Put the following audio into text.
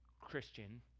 Christian